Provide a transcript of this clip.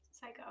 psycho